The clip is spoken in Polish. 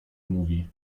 mówi